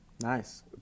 Nice